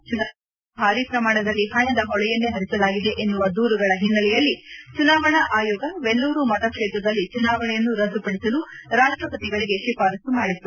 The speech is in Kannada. ಚುನಾವಣಾ ಪ್ರಚಾರದ ವೇಳೆ ಭಾರೀ ಪ್ರಮಾಣದಲ್ಲಿ ಹಣದ ಹೊಳೆಯನ್ನೇ ಪರಿಸಲಾಗಿದೆ ಎನ್ನುವ ದೂರುಗಳ ಹಿನ್ನೆಲೆಯಲ್ಲಿ ಚುನಾವಣಾ ಆಯೋಗ ವೆಲ್ಲೂರು ಮತಕ್ಷೇತ್ರದಲ್ಲಿ ಚುನಾವಣೆಯನ್ನು ರದ್ದುಪಡಿಸಲು ರಾಷ್ಷಪತಿಗಳಿಗೆ ತಿಫಾರಸ್ತು ಮಾಡಿತ್ತು